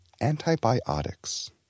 antibiotics